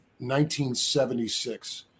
1976